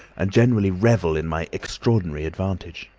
and generally revel in my extraordinary advantage.